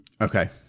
Okay